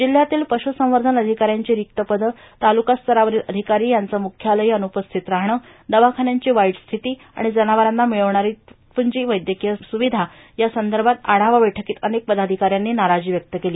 जिल्ह्यातील पश्रसवंर्धन अधिकाऱ्यांची रिक्त पदं तालुकास्तरावरील अधिकारी यांचं मुख्यालयी अनुपस्थित राहणं दवाखान्यांची वाईटस्थिती आणि जनावरांना मिळवणारी तुटप्रंजी वैद्यकीय सुविधा या संदर्भात आढावा बैठकीत अनेक पदाधिकाऱ्यांनी नाराजी व्यक्त केली